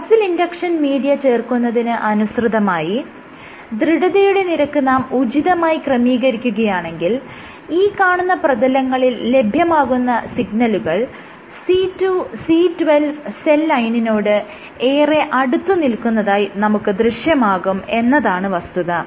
muscle induction media ചേർക്കുന്നതിന് അനുസൃതമായി ദൃഢതയുടെ നിരക്ക് നാം ഉചിതമായി ക്രമീകരിക്കുകയാണെങ്കിൽ ഈ കാണുന്ന പ്രതലങ്ങളിൽ ലഭ്യമാകുന്ന സിഗ്നലുകൾ C2C12 സെൽ ലൈനിനോട് ഏറെ അടുത്ത് നിൽക്കുന്നതായി നമുക്ക് ദൃശ്യമാകും എന്നതാണ് വസ്തുത